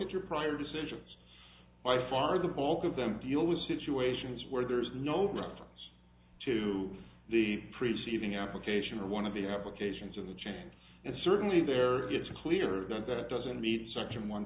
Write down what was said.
at your prior decisions by far the bulk of them deal with situations where there is no reference to the preceding application or one of the applications of the change and certainly there it's clear that it doesn't meet section one